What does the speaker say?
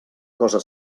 cosa